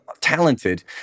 talented